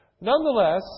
nonetheless